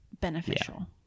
beneficial